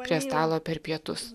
prie stalo per pietus